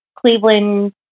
Cleveland